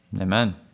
Amen